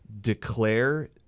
declare